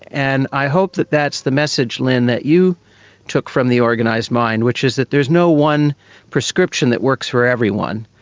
and i hope that that's the message, lynne, that you took from the organized mind, which is that there's no one prescription that works for everyone,